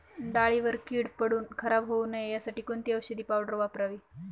डाळीवर कीड पडून खराब होऊ नये यासाठी कोणती औषधी पावडर वापरावी?